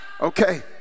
okay